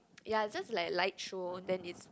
ya just like a light show then is